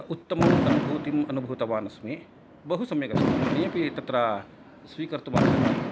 उत्तमम् अनुभूतिं अनुभूतवान् अस्मि बहु सम्यक् अस्ति अन्येपि तत्र स्वीकर्तुम् अर्हन्ति